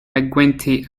mcguinty